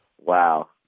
Wow